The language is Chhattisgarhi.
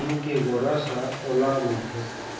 दिन के गोरस ह ओला मिलथे